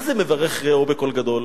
מה זה "מברך רעהו בקול גדול"?